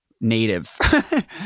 native